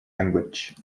language